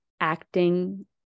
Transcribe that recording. acting